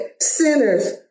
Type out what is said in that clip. sinners